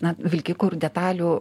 na vilkikų ir detalių